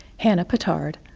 hannah pittard,